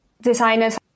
designers